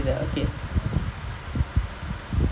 previous and all just instruction lah